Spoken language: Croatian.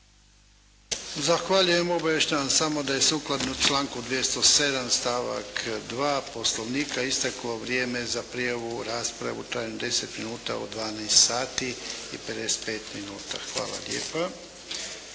Zahvaljujem. Obavještavam samo da je sukladno članku 207. stavak 2. Poslovnika isteklo vrijeme za prijavu u raspravu u trajanju od 10 minuta u 12 sati i 55 minuta. Hvala lijepa.